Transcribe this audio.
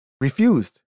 refused